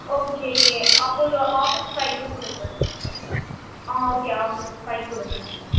okay அப்போது August ஃபைவுக்கு கொடுங்க ஆ ஓகே ஆகஸ்ட் ஃபைவ் கொடுங்க நீங்கள்